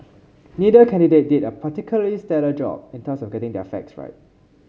neither candidate did a particularly stellar job in terms of getting their facts right